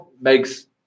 makes